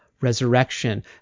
resurrection